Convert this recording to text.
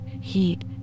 heat